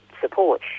support